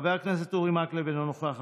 חבר הכנסת אורי מקלב, אינו נוכח.